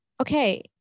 okay